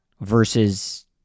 versus